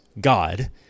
God